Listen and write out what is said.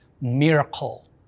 miracle